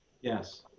Yes